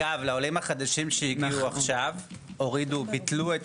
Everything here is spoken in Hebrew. אגב לעולים החדשים שהגיעו עכשיו הורידו ביטלו את